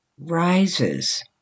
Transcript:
rises